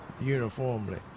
uniformly